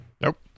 Nope